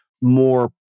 more